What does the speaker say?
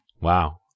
Wow